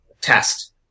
test